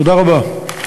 תודה רבה.